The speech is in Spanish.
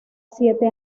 siete